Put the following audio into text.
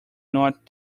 not